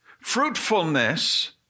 fruitfulness